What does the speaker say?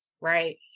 right